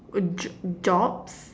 a j~ jobs